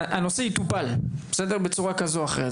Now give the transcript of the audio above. הנושא יטופל בצורה כזו או אחרת,